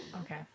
Okay